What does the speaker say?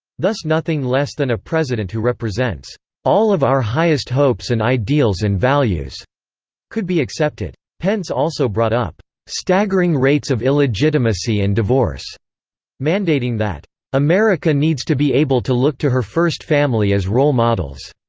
thus nothing less than a president who represents all of our highest hopes and ideals and values could be accepted. pence also brought up staggering rates of illegitimacy and divorce mandating that america needs to be able to look to her first family as role models